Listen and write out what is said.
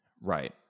right